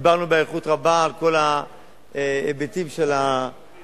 דיברנו באריכות רבה על כל ההיבטים של השינויים.